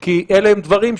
כי אלה הם דברים,